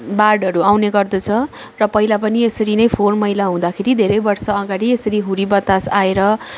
बाढहरू आउने गर्दछ र पहिला पनि यसरी नै फोहोर मैला हुँदाखेरि धेरै वर्ष अगाडि यसरी हुरी बतास आएर